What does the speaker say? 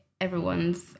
everyone's